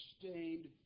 sustained